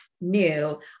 new